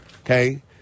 Okay